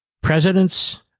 Presidents